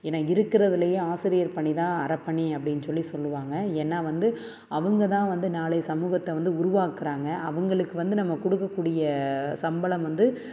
ஏன்னால் இருக்கறதுலேயே ஆசிரியர் பணிதான் அறப்பணி அப்படின்னு சொல்லி சொல்லுவாங்க ஏன்னால் வந்து அவங்கதான் வந்து நாளைய சமூகத்தை வந்து உருவாக்குகிறாங்க அவங்களுக்கு வந்து நம்ம கொடுக்கக்கூடிய சம்பளம் வந்து